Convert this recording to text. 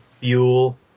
fuel